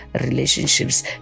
relationships